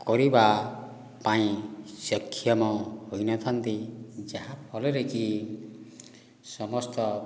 କରିବା ପାଇଁ ସକ୍ଷମ ହୋଇନଥାନ୍ତି ଯାହାଫଳରେକି ସମସ୍ତ